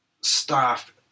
staff